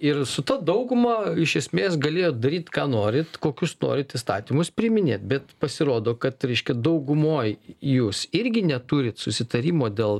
ir su ta dauguma iš esmės galėjot daryt ką norit kokius norit įstatymus priiminėt bet pasirodo kad reiškia daugumoj jūs irgi neturit susitarimo dėl